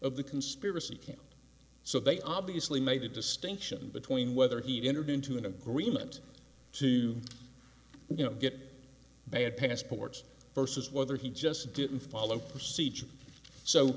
of the conspiracy so they obviously made a distinction between whether he'd entered into an agreement to you know get bad passports versus whether he just didn't follow procedure so